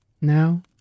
Now